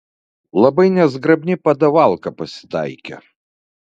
labai nezgrabni padavalka pasitaikė